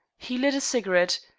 he lit a cigarette,